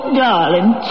darling